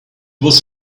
was